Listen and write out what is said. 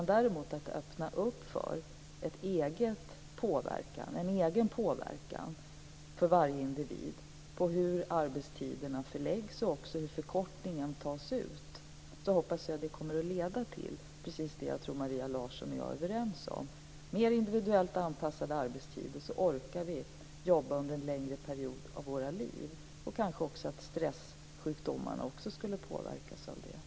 Däremot ska vi öppna för en egen påverkan för varje individ av hur arbetstiderna förläggs och också hur förkortningen tas ut. Jag hoppas att detta kommer att leda till precis det som jag tror att Maria Larsson och jag är överens om, nämligen mer individuellt anpassade arbetstider. Då orkar vi jobba under en längre period av våra liv. Kanske skulle också stressjukdomarna påverkas av detta.